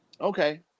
Okay